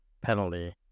penalty